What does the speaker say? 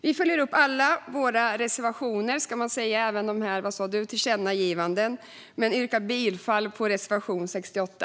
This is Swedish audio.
Vi följer upp alla våra reservationer och tillkännagivanden, men vi yrkar bifall till reservation 68.